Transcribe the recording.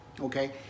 okay